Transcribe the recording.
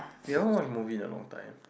you all watch the movie in the long time